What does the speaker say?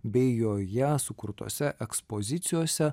bei joje sukurtose ekspozicijose